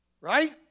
right